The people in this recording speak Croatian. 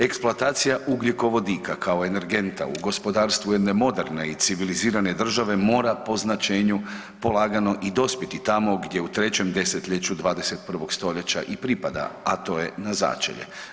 Eksploatacija ugljikovodika, kao energenta u gospodarstvu jedne moderne i civilizirane države mora po značenju polagano i dospjeti tamo gdje u 3. desetljeću 21. stoljeća i pripada, a to je na začelje.